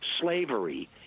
slavery